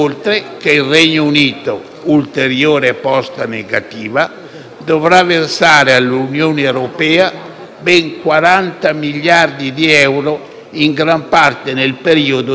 dovrà versare all'Unione europea ben 40 miliardi di euro, in gran parte nel periodo dal 2019 al 2025.